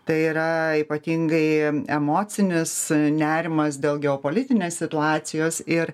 tai yra ypatingai emocinis nerimas dėl geopolitinės situacijos ir